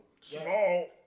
small